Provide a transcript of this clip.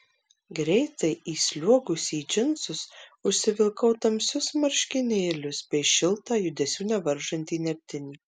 greitai įsliuogusi į džinsus užsivilkau tamsius marškinėlius bei šiltą judesių nevaržantį nertinį